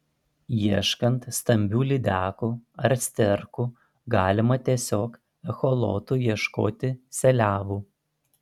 ieškant stambių lydekų ar sterkų galima tiesiog echolotu ieškoti seliavų